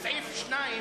סעיף 2